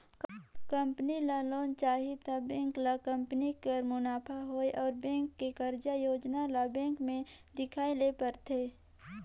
company ल loan चाही त बेंक ल कंपनी कर मुनाफा होए अउ बेंक के कारज योजना ल बेंक में देखाए ले परथे